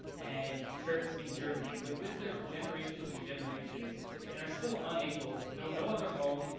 and turks in germany, who have lived there for generations and generations and are still unable, no no other home,